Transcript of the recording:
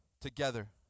together